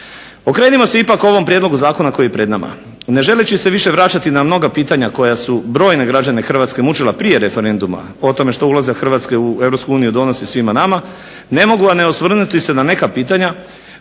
Okrenimo se ipak ovom prijedlogu zakona koji je pred nama. Ne želeći se više vraćati na mnoga pitanja koja su brojne građane Hrvatske mučila prije referenduma o tome što ulazak Hrvatske u EU donosi svima nama, ne mogu a ne osvrnuti se na neka pitanja